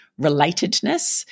relatedness